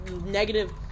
negative